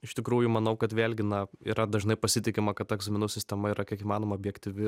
iš tikrųjų manau kad vėlgi na yra dažnai pasitikima kad ta egzaminų sistema yra kiek įmanoma objektyvi